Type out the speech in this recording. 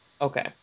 Okay